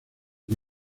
que